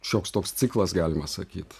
šioks toks ciklas galima sakyt